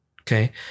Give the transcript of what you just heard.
Okay